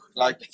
like?